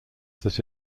that